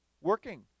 working